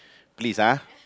please ah